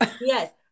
Yes